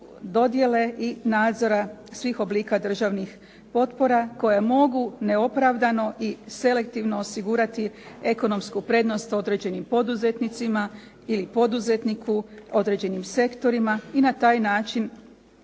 dodjele i nadzora svih oblika državnih potpora koje mogu neopravdano i selektivno osigurati ekonomsku prednost određenim poduzetnicima ili poduzetniku, određenim sektorima i na taj način